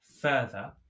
further